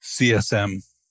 CSM